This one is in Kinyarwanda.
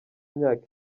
imyaka